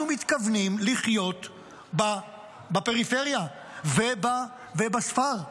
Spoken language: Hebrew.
מתכוונים לחיות בפריפריה ובספר.